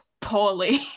poorly